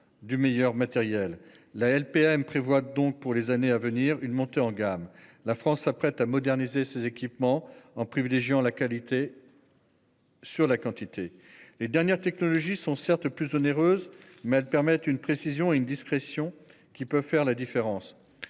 la LPM prévoit donc pour les années à venir. Une montée en gamme. La France s'apprête à moderniser ses équipements en privilégiant la qualité. Sur la quantité. Les dernières technologies sont certes plus onéreuse mais elle permet une précision et une discrétion qui peut faire la différence.